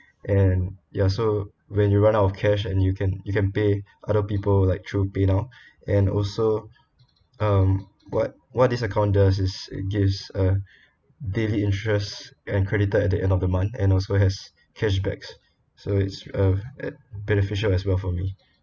and ya so when you run out of cash and you can you can pay other people like through paynow and also um what what is an account does is it gives a daily interest and credited at the end of the month and also has cashback so it's um uh beneficial as well for me